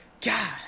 God